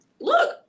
Look